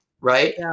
right